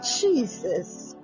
Jesus